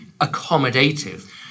accommodative